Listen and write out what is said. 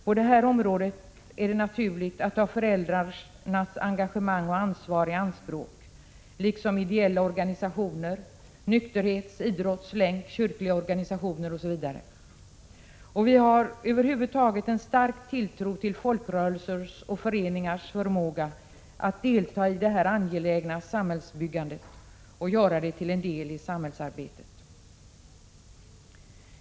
På det här området är det naturligt att ta föräldrarnas engagemang och ansvar i anspråk liksom ideella organisationer, nykterhets-, idrotts-, länkoch kyrkliga organisationer m.fl. Vi har över huvud taget en stark tilltro till folkrörelsers och föreningars förmåga att delta i detta angelägna samhällsbyggande och göra det till en del av samhällsarbetet.